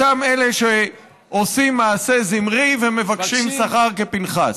אותם אלה שעושים מעשה זמרי ומבקשים שכר כפינחס.